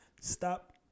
stop